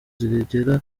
zigera